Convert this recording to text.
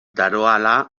daroala